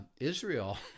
Israel